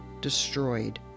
destroyed